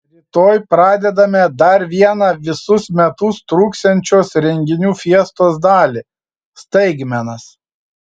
rytoj pradedame dar vieną visus metus truksiančios renginių fiestos dalį staigmenas